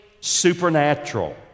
supernatural